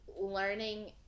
learning